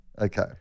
Okay